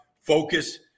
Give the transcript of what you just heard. focus